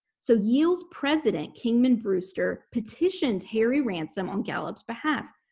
so yale's president, kingman brewster, petitioned harry ransom on gallup's behalf,